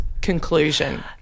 conclusion